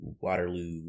Waterloo